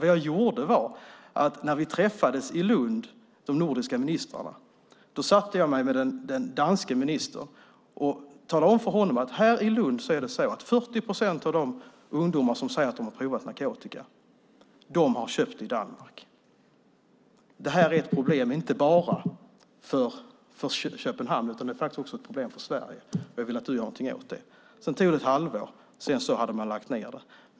Vad jag gjorde var att när vi, de nordiska ministrarna, träffades i Lund satte jag mig med den danske ministern och talade om för honom att i Lund säger sig 40 procent av de ungdomar som provat narkotika ha köpt den i Danmark. Det är ett problem inte bara för Köpenhamn utan också för Sverige, och jag vill att du gör någonting åt det. Sedan tog det ett halvår, och man hade lagt ned det.